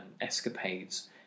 escapades